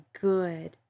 good